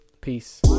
peace